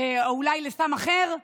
אולי לסם אחר,